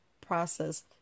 process